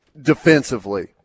defensively